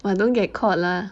!wah! don't get caught lah